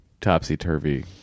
topsy-turvy